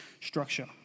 structure